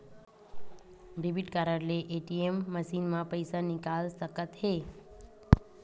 debit card ले ATM machine म पइसा निकाल सकत हे